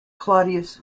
claudius